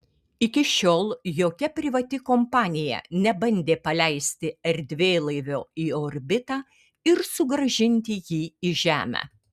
iki šiol jokia privati kompanija nebandė paleisti erdvėlaivio į orbitą ir sugrąžinti jį į žemę